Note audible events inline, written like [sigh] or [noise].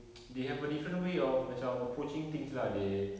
[noise] they have a different way of macam approaching things lah they